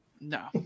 no